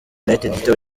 igitego